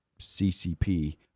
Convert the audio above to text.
CCP